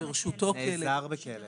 נעזר בכלב.